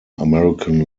american